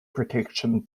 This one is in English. protection